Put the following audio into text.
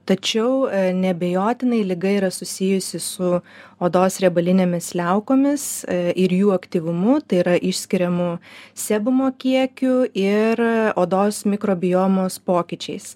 tačiau neabejotinai liga yra susijusi su odos riebalinėmis liaukomis ir jų aktyvumu tai yra išskiriamu sebumo kiekiu ir odos mikrobiomos pokyčiais